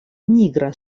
nigra